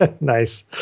Nice